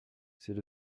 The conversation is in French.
c’est